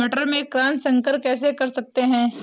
मटर में क्रॉस संकर कैसे कर सकते हैं?